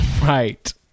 Right